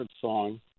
song